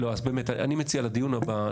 אני מציע לדיון הבא,